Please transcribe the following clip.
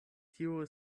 tiu